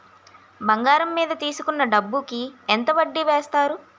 బంగారం మీద తీసుకున్న డబ్బు కి ఎంత వడ్డీ వేస్తారు?